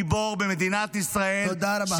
גיבור במדינת ישראל,